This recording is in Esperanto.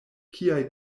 kiaj